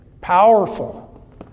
Powerful